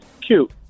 cute